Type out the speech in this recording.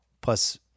plus